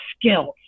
skills